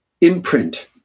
imprint